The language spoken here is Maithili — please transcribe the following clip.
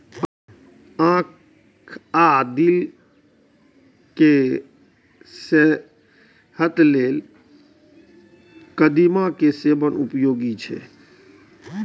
आंखि आ दिल केर सेहत लेल कदीमा के सेवन उपयोगी छै